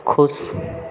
खुश